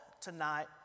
tonight